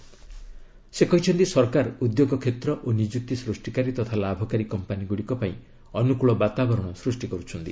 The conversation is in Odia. ପ୍ରଧାନମନ୍ତ୍ରୀ କହିଛନ୍ତି ସରକାର ଉଦ୍ୟୋଗ କ୍ଷେତ୍ର ଓ ନିଯୁକ୍ତି ସୃଷ୍ଟିକାରୀ ତଥା ଲାଭକାରୀ କମ୍ପାନୀଗୁଡ଼ିକ ପାଇଁ ଅନୁକୂଳ ବାତାବରଣ ସୃଷ୍ଟି କରୁଛନ୍ତି